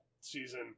season